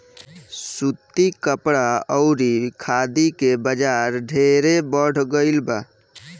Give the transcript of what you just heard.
सूती कपड़ा अउरी खादी के बाजार ढेरे बढ़ गईल बा